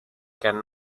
can